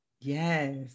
Yes